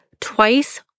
Twice